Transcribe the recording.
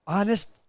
Honest